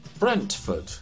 Brentford